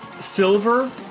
silver